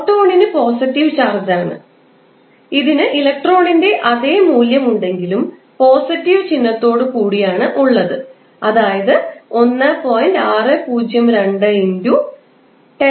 പ്രോട്ടോണിന് positive charge ആണ് ഇതിന് ഇലക്ട്രോണിന്റെ അതേ മൂല്യം ഉണ്ടെങ്കിലും പോസിറ്റീവ് ചിഹ്നത്തോടുകൂടിയാണ് ഉള്ളത് അതായത് 1